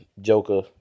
Joker